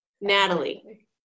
Natalie